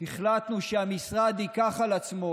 החלטנו שהמשרד ייקח על עצמו,